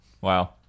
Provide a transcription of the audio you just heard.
wow